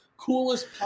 coolest